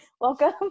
welcome